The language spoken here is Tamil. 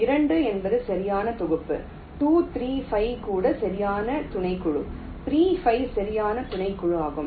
2 என்பது சரியான தொகுப்பு 2 3 5 கூட சரியான துணைக்குழு 3 5 சரியான துணைக்குழு ஆகும்